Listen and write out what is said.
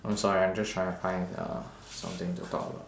I'm sorry I'm just trying to find uh something to talk about